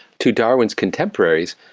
to darwin's contemporaries,